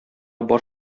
бар